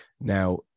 now